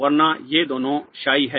वरना ये दोनों psi हैं